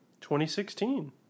2016